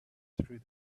through